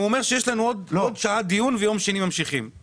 הוא אומר שיש לנו עוד שעה דיון וממשיכים ביום שני.